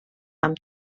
amb